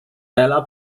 ela